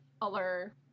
color